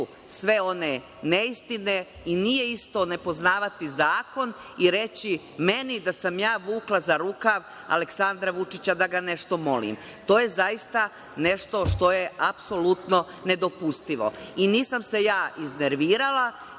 sve one neistine i nije isto ne poznavati zakon i reći meni da sam ja vukla za rukav Aleksandra Vučića da ga nešto molim. To je zaista nešto što je apsolutno nedopustivo. Nisam se ja iznervirala,